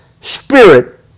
Spirit